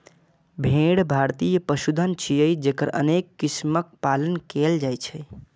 भेड़ भारतीय पशुधन छियै, जकर अनेक किस्मक पालन कैल जाइ छै